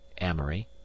amory